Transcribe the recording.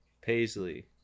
Paisley